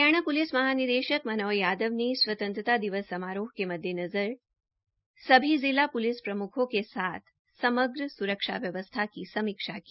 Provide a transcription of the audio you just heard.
Haryana police महानिदेशक मनोज यादव ने स्वंतत्रता दिवस समारोह के मद्देनज़र सभी जिला प्लिस प्रमुखों के साथ समग्र स्रक्षा व्यवस्था की समीक्षा की